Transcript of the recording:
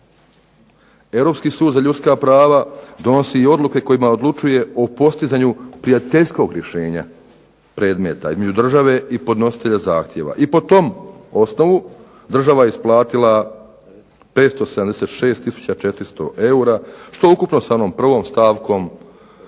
Europski sud za ljudska prava donosi odluke kojima odlučuje o postizanju prijateljskog rješenja predmeta između države i podnositelja zahtjeva, i po tom osnovu država je isplatila 576 tisuća 400 eura, što ukupno sa onom prvom stavkom kada